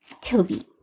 Toby